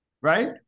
Right